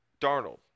Darnold